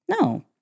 No